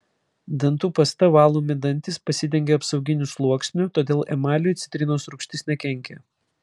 dantų pasta valomi dantys pasidengia apsauginiu sluoksniu todėl emaliui citrinos rūgštis nekenkia